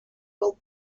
will